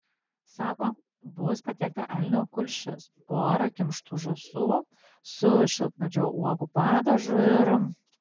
sako bus patiekta elnio kulšis pora kimštų žąsų su šilkmedžio uogų padažu ir